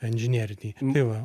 inžineriniai tai va